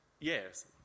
Yes